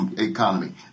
economy